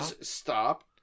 stop